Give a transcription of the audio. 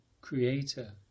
creator